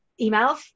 emails